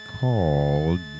called